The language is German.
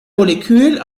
molekül